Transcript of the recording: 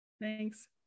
Thanks